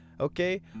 okay